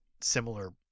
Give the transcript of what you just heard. similar